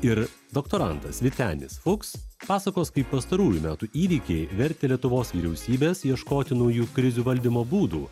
ir doktorantas vytenis fuks pasakos kaip pastarųjų metų įvykiai vertė lietuvos vyriausybes ieškoti naujų krizių valdymo būdų